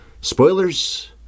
Spoilers